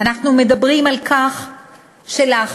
אנחנו מדברים על כך שלאחרונה,